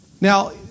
Now